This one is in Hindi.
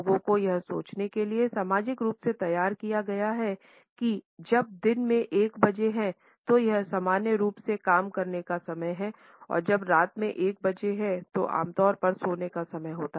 लोगों को यह सोचने के लिए सामाजिक रूप से तैयार किया गया है कि जब दिन के 1 बजे है तो यह सामान्य रूप से काम करने का समय है और जब रात के 1 बजे है तो आमतौर पर सोने का समय होता है